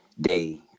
day